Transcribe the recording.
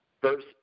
first